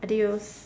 adios